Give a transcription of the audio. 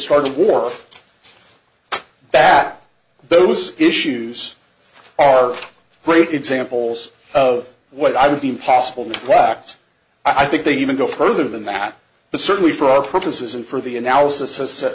start a war back to those issues are great examples of what i would be impossible whacked i think they even go further than that but certainly for our purposes and for the analysis a set